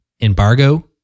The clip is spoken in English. embargo